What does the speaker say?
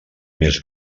més